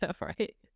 right